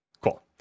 Cool